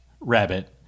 rabbit